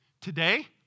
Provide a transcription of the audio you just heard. Today